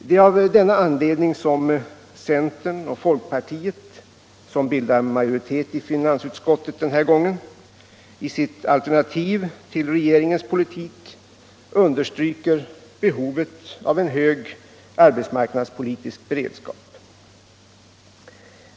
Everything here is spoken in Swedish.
Det är av denna anledning som centern och folkpartiet, som bildar majoritet i finansutskottet denna gång, i sitt alternativ till regeringens politik understryker behovet av en hög arbetsmarknadspolitisk beredskap.